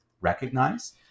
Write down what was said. recognize